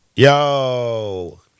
Yo